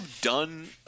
done